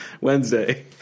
Wednesday